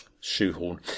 Shoehorn